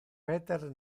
peter